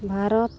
Bharat